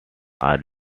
are